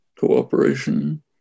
cooperation